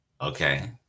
Okay